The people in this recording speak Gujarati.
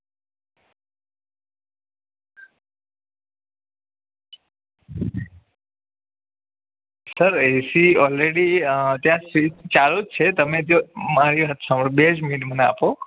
સર એસી ઓલરેડી ત્યાં સ્વિચ ચાલુ જ છે તમે જો મારી બે જ મિનિટ મને આપો